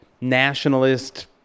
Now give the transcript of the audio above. nationalist